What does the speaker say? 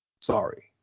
Sorry